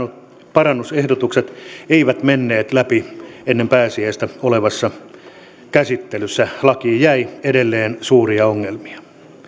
parannusehdotukset eivät menneet läpi ennen pääsiäistä olevassa käsittelyssä lakiin jäi edelleen suuria ongelmia